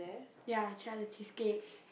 ya I tried the cheesecake